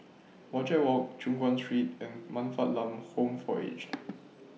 Wajek Walk Choon Guan Street and Man Fatt Lam Home For Aged